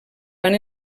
van